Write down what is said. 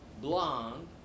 blonde